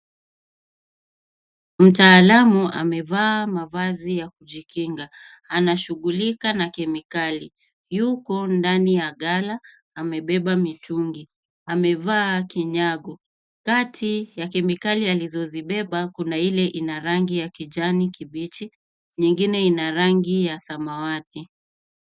Mtaalamu amevaa mavazi ya kujikinga. Anashughulika na kemikali. Yuko ndani ya ghala amembeba mitungi. Amevaa kinyago. Kati ya kemikali alizozibeba kuna ile ina rangi ya kijani kibichi, nyingine ina rangi ya samawati.